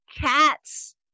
Cats